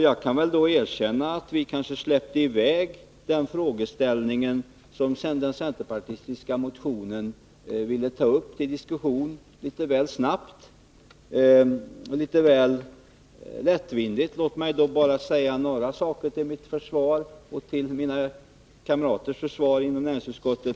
Jag kan då erkänna att vi kanske släppte i väg den frågeställning som den centerpartistiska motionen ville ta upp till diskussion litet väl lättvindigt. Låt mig bara säga något till försvar för mig och mina kamrater i näringsutskottet.